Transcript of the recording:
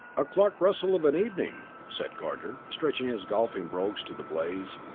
a clark russell of an evening! said carter, stretching his golfing brogues to the blaze.